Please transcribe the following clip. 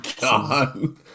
God